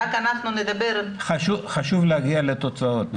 חשוב להגיע לתוצאות.